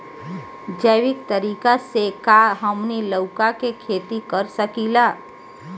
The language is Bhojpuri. जैविक तरीका से का हमनी लउका के खेती कर सकीला?